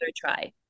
try